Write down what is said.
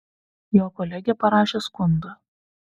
jo kolegė parašė skundą